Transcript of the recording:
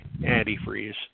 antifreeze